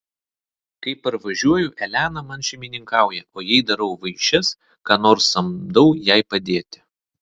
kai parvažiuoju elena man šeimininkauja o jei darau vaišes ką nors samdau jai padėti